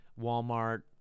Walmart